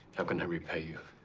how can i repay you?